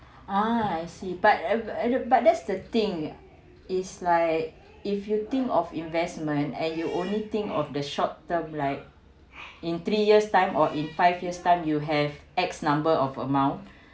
uh I see but I I don~ but that's the thing is like if you think of investment and you only think of the short term like in three years time or in five years time you have X number of amount